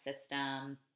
system